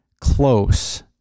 close